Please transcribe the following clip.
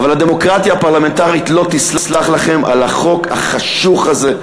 לא תסלח לכם על החוק החשוך הזה,